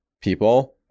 people